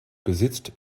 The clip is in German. besitzt